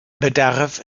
bedarf